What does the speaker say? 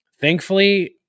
Thankfully